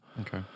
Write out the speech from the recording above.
Okay